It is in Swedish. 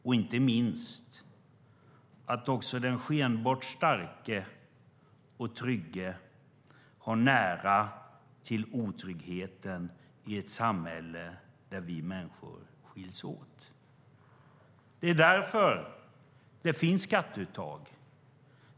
Inte minst visas att också den skenbart starke och trygge har nära till otryggheten i ett samhälle där vi människor skiljs åt. Det är därför det finns skatteuttag.